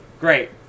great